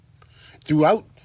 Throughout